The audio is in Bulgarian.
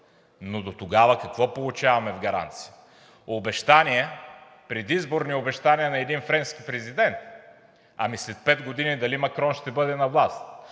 Но дотогава какво получаваме в гаранция? Обещания, предизборни обещания на един френски президент?! Ами след пет години дали Макрон ще бъде на власт?